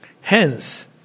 Hence